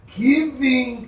giving